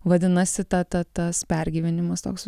vadinasi ta ta tas pergyvenimas toks